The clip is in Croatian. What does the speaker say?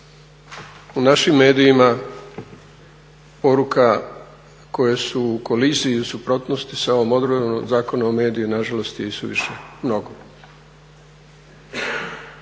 U našim medijima poruka koje su u koliziji i u suprotnosti sa ovom odredbom Zakona o medijima nažalost je i suviše mnogo.